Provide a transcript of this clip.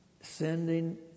sending